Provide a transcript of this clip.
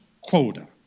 quota